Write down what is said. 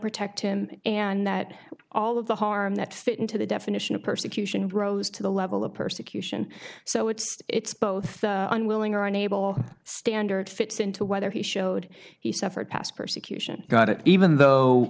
protect him and that all of the harm that fit into the definition of persecution rose to the level of persecution so it's both unwilling or unable standard fits into whether he showed he suffered past persecution got it even though